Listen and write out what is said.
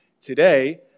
today